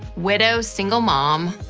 widow, single mom,